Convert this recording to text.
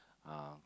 um